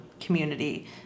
community